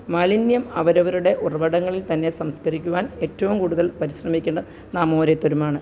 മാലിന്യം അവരവരുടെ ഉറവിടങ്ങളില് തന്നെ സംസ്കരിക്കുവാന് ഏറ്റവും കൂടുതല് പരിശ്രമിക്കേണ്ടത് നാം ഓരോരുത്തരുമാണ്